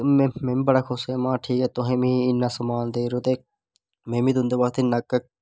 में बी बड़ा खुश होआ महां ठीक ऐ तुसें मिगी इन्ना स म्मान देआ दे ओ ते में बी तुं'दे बास्ते इन्ना